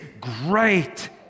great